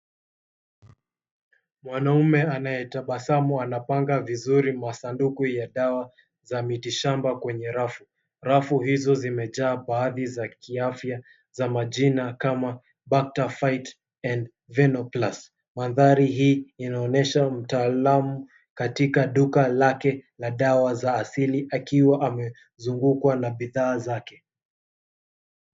Mwanaume anayetabasamu anapanga vizuri masanduku ya dawa za mitishamba kwenye rafu. Rafu hizo zimejaa baadhi za kiafya za majina kama Butterfight and Venoplus . Mandhari hii inaonyesha mtaalamu katika duka lake la dawa za asili akiwa amezungukwa na bidhaa zake.